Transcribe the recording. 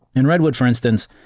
in redwood, for instance,